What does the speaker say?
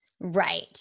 Right